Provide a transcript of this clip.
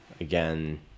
again